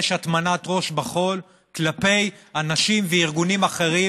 יש הטמנת ראש בחול כלפי אנשים וארגונים אחרים,